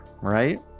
right